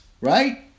right